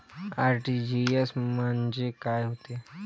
RTGS म्हंजे काय होते?